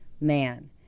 man